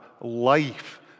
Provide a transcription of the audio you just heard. life